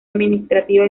administrativa